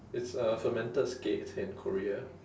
it's uh fermented skates in korea